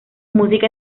música